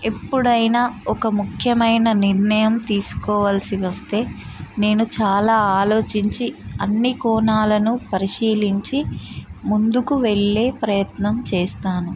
ఎప్పుడైనా ఒక ముఖ్యమైన నిర్ణయం తీసుకోవాల్సి వస్తే నేను చాలా ఆలోచించి అన్ని కోణాలను పరిశీలించి ముందుకు వెళ్ళే ప్రయత్నం చేస్తాను